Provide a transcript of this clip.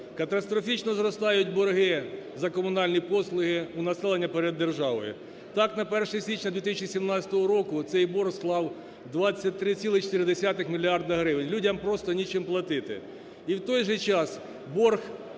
Катастрофічно зростають борги за комунальні послуги у населення перед державою. Так на 1 січня 2017 року цей борг склав 23,4 мільярда гривень, людям просто нічим платити. І в той же час борг